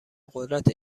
قدرت